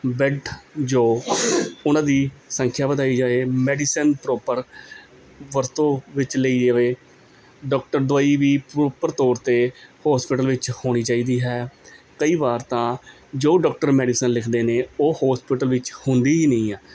bed ਜੋ ਉਹਨਾਂ ਦੀ ਸੰਖਿਆ ਵਧਾਈ ਜਾਵੇ ਮੈਡੀਸਨ ਪ੍ਰੋਪਰ ਵਰਤੋਂ ਵਿੱਚ ਲਈ ਜਾਵੇ ਡਾਕਟਰ ਦਵਾਈ ਵੀ ਪ੍ਰੋਪਰ ਤੌਰ 'ਤੇ ਹੋਸਪਿਟਲ ਵਿੱਚ ਹੋਣੀ ਚਾਹੀਦੀ ਹੈ ਕਈ ਵਾਰ ਤਾਂ ਜੋ ਡਾਕਟਰ ਮੈਡੀਸਨ ਲਿਖਦੇ ਨੇ ਉਹ ਹੋਸਪਿਟਲ ਵਿੱਚ ਹੁੰਦੀ ਹੀ ਨਹੀਂ ਆ